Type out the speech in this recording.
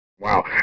Wow